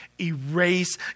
erase